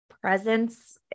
presence